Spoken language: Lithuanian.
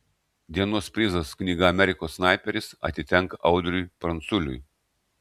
dienos prizas knyga amerikos snaiperis atitenka audriui pranculiui